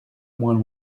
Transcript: moins